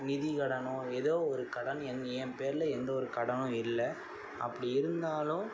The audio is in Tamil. நிதி கடனோ ஏதோ ஒரு கடன் என் என் பேரில் எந்த ஒரு கடனும் இல்லை அப்படி இருந்தாலும்